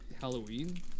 Halloween